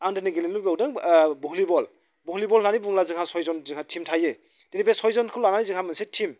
आं दिनै गेलेनो लुबैबावदों भलिबल भलिबल होननानै बुङोब्ला जोंहा सय जन जोंहा टिम थायो दिनै बे सय जनखौ लानानै जोंहा मोनसे टिम